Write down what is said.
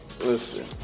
listen